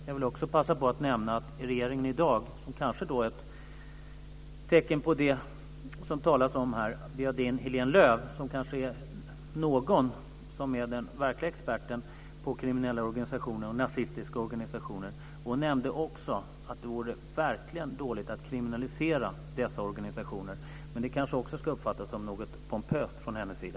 Jag vill också passa på att nämna att regeringen i dag, kanske som ett tecken på det vi talar om i dag, bjöd in Heléne Lööw, som möjligen är den verkliga experten på kriminella organisationer, nazistiska organisationer. Hon nämnde också detta att det verkligen vore dåligt att kriminalisera dessa organisationer. Men det kanske också ska uppfattas som något pompöst från hennes sida.